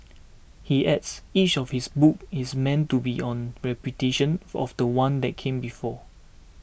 he adds each of his books is meant to be on repudiation for of the one that came before